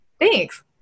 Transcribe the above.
Thanks